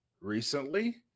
recently